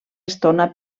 estona